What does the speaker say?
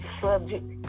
subject